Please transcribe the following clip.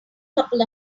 couple